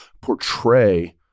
portray